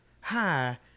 hi